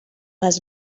les